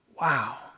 wow